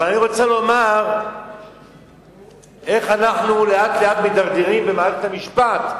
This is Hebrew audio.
אבל אני רוצה לומר איך אנחנו לאט לאט מידרדרים במערכת המשפט,